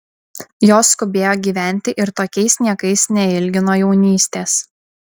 jos skubėjo gyventi ir tokiais niekais neilgino jaunystės